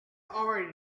already